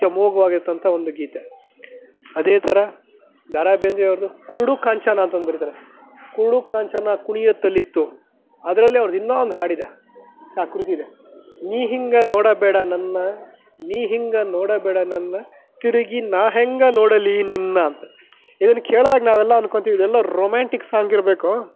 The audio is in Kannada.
ಅತ್ಯಮೋಘವಾಗಿರ್ತಂಥ ಒಂದು ಗೀತೆ ಅದೇ ಥರ ದ ರಾ ಬೇಂದ್ರೆಯವ್ರದ್ದು ಕುರುಡು ಕಾಂಚಾಣ ಅಂತ ಒಂದು ಬರೀತಾರೆ ಕುರುಡು ಕಾಂಚಾಣ ಕುಣಿಯುತಲಿತ್ತು ಅದರಲ್ಲೇ ಅವ್ರದ್ದು ಇನ್ನೂ ಒಂದು ಹಾಡಿದೆ ಸಾ ಕೃತಿ ಇದೆ ನೀ ಹಿಂಗ ನೋಡಬೇಡ ನನ್ನ ನೀ ಹಿಂಗ ನೋಡಬೇಡ ನನ್ನ ತಿರುಗಿ ನಾ ಹ್ಯಾಂಗ ನೋಡಲಿ ನಿನ್ನ ಅಂತ ಇದನ್ನು ಕೇಳಿದಾಗ ನಾವೆಲ್ಲ ಅಂದ್ಕೊತೀವಿ ಇದೆಲ್ಲೊ ರೊಮ್ಯಾಂಟಿಕ್ ಸಾಂಗ್ ಇರಬೇಕು